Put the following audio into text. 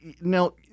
now